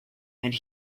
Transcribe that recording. and